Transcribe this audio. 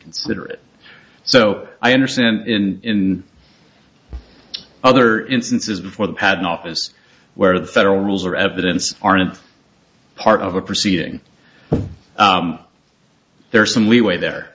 consider it so i understand in other instances before the patent office where the federal rules are evidence aren't part of a proceeding there's some leeway there